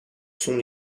sont